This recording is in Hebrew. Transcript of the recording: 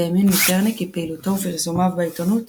האמין מיטרני כי פעילותו ופרסומיו בעיתונות